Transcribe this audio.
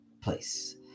place